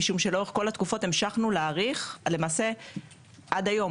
משום שלאורך כלל התקופות המשכנו להאריך למעשה עד היום